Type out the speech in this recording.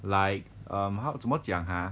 like um how 怎么讲哈